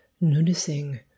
Noticing